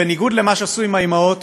בניגוד למה שעשו עם האימהות,